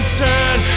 turn